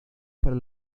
para